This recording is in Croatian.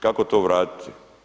Kako to vratiti?